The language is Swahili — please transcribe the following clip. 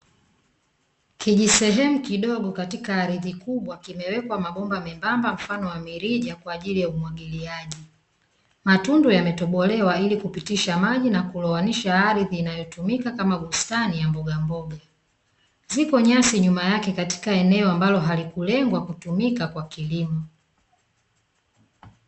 kijisemu kidogo katika ardhi kubwa, kimewekwa mabomba membamba mfano wa mirija kwa ajili ya umwagiliaji, matundu yametobolewa ili kupitisha maji na kulowanisha ardh inayotumika kama bustani ya mbogamboga, ziko nyasi nyuma yake katika eneo ambalo halikulengwa kutumika kwa ajili ya kilimo .